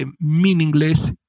meaningless